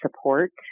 support